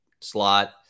slot